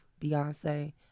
beyonce